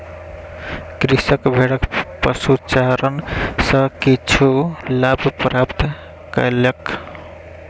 कृषक भेड़क पशुचारण सॅ किछु लाभ प्राप्त कयलक